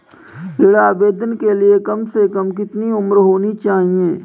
ऋण आवेदन के लिए कम से कम कितनी उम्र होनी चाहिए?